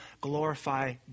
glorify